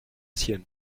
sienne